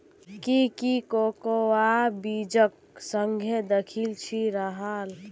की ती कोकोआ बीजक सुंघे दखिल छि राहल